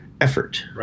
effort